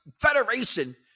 federation